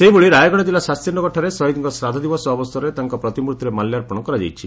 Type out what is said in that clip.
ସେହିଭଳି ରାୟଗଡ଼ା ଜିଲ୍ଲା ଶାସ୍ତୀନଗରଠାରେ ଶହୀଦ୍ଙ ଶ୍ରାଦ୍ଧ ଦିବସ ଅବସରରେ ତାଙ୍କ ପ୍ରତିମୂର୍ତିରେ ମାଲ୍ୟାର୍ପଶ କରାଯାଇଛି